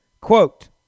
Quote